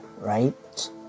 right